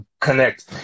connect